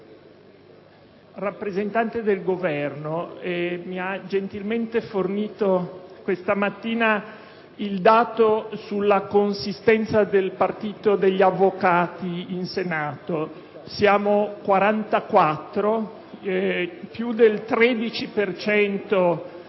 la rappresentante del Governo mi ha gentilmente fornito questa mattina i dati sulla consistenza del partito degli avvocati in Senato: 44 senatori, più del 13